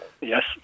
Yes